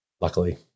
luckily